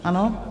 Ano?